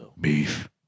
Beef